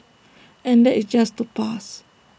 and that is just to pass